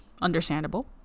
understandable